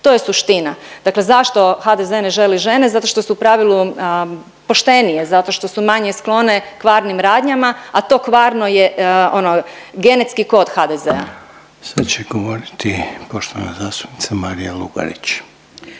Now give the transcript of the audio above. To je suština. Dakle zašto HDZ ne želi žene? Zato što su u pravilu poštenije, zato što su manje sklone kvarnim radnjama, a to kvarno je ono genetski kod HDZ-a. **Reiner, Željko (HDZ)** Sad će govoriti poštovana zastupnica Marija Lugarić.